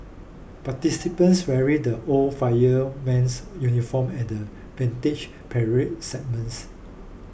participants wearing the old fireman's uniform at the Vintage Parade segments